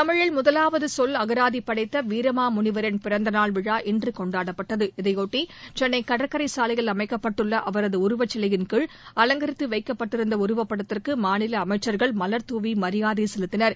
தமிழில் முதலாவது சொல் அனாதி படைத்த வீரமா முனிவரின் பிறந்தநாள் விழா இன்று கொண்டாடப்பட்டது இதையொட்டி சென்னை கடற்கரை சாலையில் அமைக்கப்பட்டுள்ள அவரது உருவச்சிலையின்கீழ் அலங்கரித்து வைக்கப்பட்டிருந்த உருவப்படத்திற்கு மாநில அமைச்சர்கள் மலர் தூவி மரியாதை செலுத்தினர்